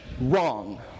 wrong